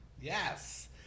yes